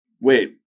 Wait